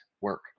work